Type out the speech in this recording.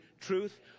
truth